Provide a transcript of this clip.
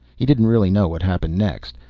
he didn't really know what happened next.